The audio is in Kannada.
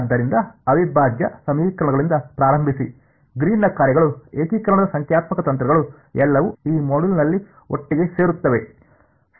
ಆದ್ದರಿಂದ ಅವಿಭಾಜ್ಯ ಸಮೀಕರಣಗಳಿಂದ ಪ್ರಾರಂಭಿಸಿ ಗ್ರೀನ್ನ ಕಾರ್ಯಗಳು ಏಕೀಕರಣದ ಸಂಖ್ಯಾತ್ಮಕ ತಂತ್ರಗಳು ಎಲ್ಲವೂ ಈ ಮಾಡ್ಯೂಲ್ನಲ್ಲಿ ಒಟ್ಟಿಗೆ ಸೇರುತ್ತವೆ